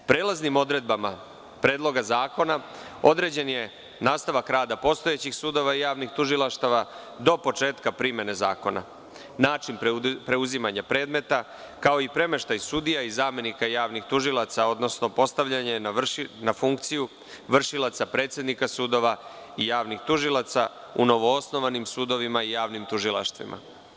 Prelaznim odredbama Predloga zakona određen je nastavak rada postojećih sudova i javnih tužilaštava do početka primene zakona, način preuzimanja predmeta, kao i premeštaj sudija i zamenika javnih tužilaca, odnosno postavljanje na funkciju vršilaca predsednika sudova i javnih tužilaca u novoosnovanim sudovima i javnim tužilaštvima.